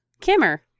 Kimmer